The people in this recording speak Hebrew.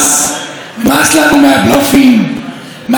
אני רוצה שבאמת יהיה שוויון.